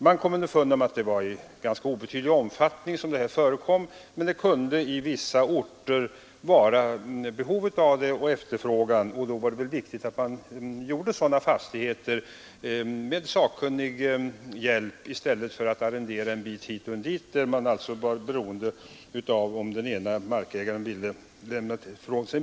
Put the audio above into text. Man kom underfund med att sådana stödjordbruk förekom i ganska obetydlig omfattning, men i vissa orter kunde det finnas behov av och efterfrågan på dem. Då var det riktigt att man bildade sådana fastigheter med sakkunnig hjälp i stället för att arrendera en bit mark här och där, beroende på vad markägare ville lämna ifrån sig.